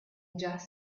just